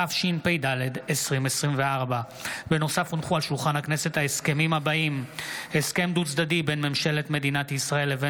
התשפ"ד 2024. ההסכמים הבאים: הסכם דו-צדדי בין ממשלת מדינת ישראל לבין